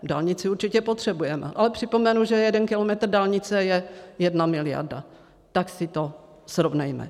Dálnici určitě potřebujeme, ale připomenu, že jeden kilometr dálnice je jedna miliarda, tak si to srovnejme.